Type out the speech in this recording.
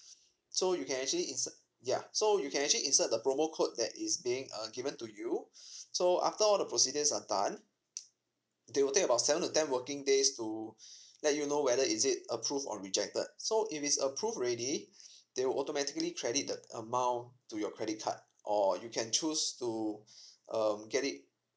so you can actually inse~ ya so you can actually insert the promo code that is being uh given to you so after all the procedures are done they will take about seven to ten working days to let you know whether is it approved or rejected so if it's approved already they will automatically credit the amount to your credit card or you can choose to um get it